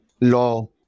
law